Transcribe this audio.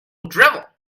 drivel